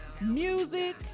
music